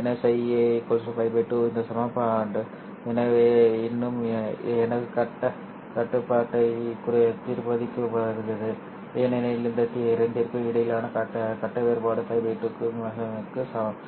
எனவே ϕa π 2 இந்த சமன்பாடு இன்னும் எனது கட்டக் கட்டுப்பாட்டை திருப்திப்படுத்துகிறது ஏனெனில் இந்த இரண்டிற்கும் இடையிலான கட்ட வேறுபாடு π 2 க்கு சமம்